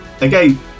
Again